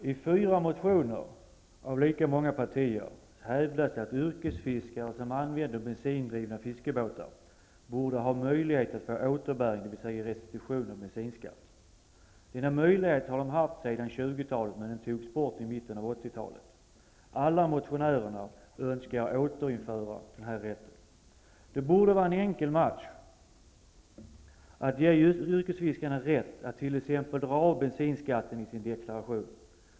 Herr talman! I fyra motioner av lika många partier hävdas det att yrkesfiskare som använder bensindrivna fiskebåtar borde ha möjlighet att få återbäring, dvs. restitution av bensinskatt. Denna möjlighet har de haft sedan 1920-talet, men den togs bort i mitten av 1980-talet. Alla motionärerna önskar återinföra denna rätt. Det borde vara en enkel match att ge yrkesfiskarna rätt att t.ex. dra av bensinskatten i sin deklaration.